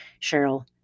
Cheryl